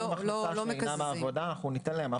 כל הכנסה שאינה מעבודה ניתן להם.